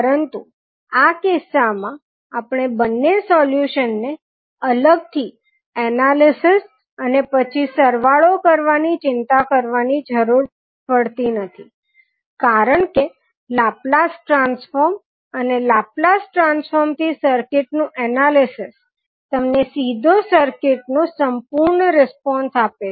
પરંતુ આ કિસ્સામાં આપણે બંને સોલ્યુશનને અલગથી એનાલિસીસ અને પછી સરવાળો કરવાની ચિંતા કરવાની જરૂર પડતી નથી કારણ કે લાપ્લાસ ટ્રાન્સફોર્મ અને લાપ્લાસ ટ્રાન્સફોર્મ થી સર્કિટ નું અનાલિસિસ તમને સીધો સર્કિટ નો સંપૂર્ણ રીસ્પોંસ આપે છે